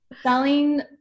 selling